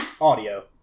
Audio